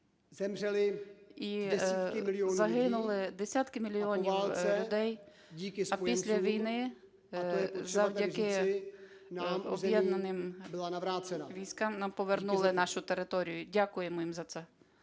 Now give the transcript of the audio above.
загинули десятки мільйонів людей, а після війни завдяки об'єднаним військам нам повернули нашу територію. Дякуємо їм за це.